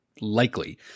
likely